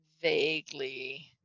vaguely